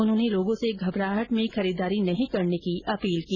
उन्होंने लोगों से घबराहट में खरीदारी नहीं करने की अपील की